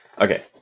Okay